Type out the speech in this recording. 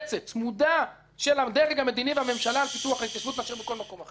צמודה של הדרג המדיני והממשלה על פיתוח ההתיישבות מאשר בכל מקום אחר.